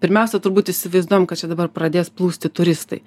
pirmiausia turbūt įsivaizduojam kad čia dabar pradės plūsti turistai